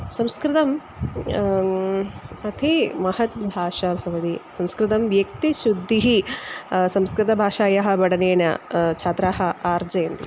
संस्कृतम् अतीव महत् भाषा भवति संस्कृतं व्यक्तिशुद्दिः संस्कृतभाषायाः पठनेन छात्राः अर्जयन्ति